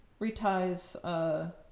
reties